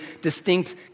distinct